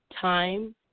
Time